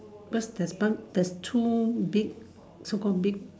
just there's one there's two big so call big